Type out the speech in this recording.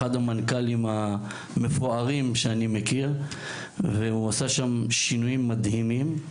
אחד המנכ״לים המפוארים שאני מכיר והוא עשה שם שינויים מדהימים.